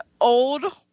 old